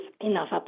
enough